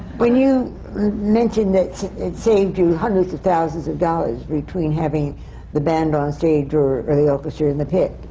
when you mentioned that it saved you hundreds of thousands of dollars, between having the band on stage or or the orchestra in the pit,